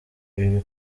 ibi